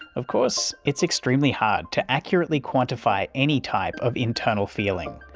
of course, it's extremely hard to accurately quantify any type of internal feeling,